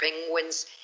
penguins